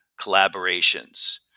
collaborations